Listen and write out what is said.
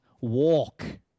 walk